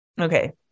Okay